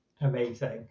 Amazing